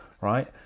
Right